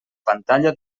pantalla